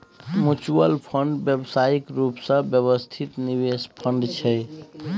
mutual fund व्यावसायिक रूप सँ व्यवस्थित निवेश फंड छै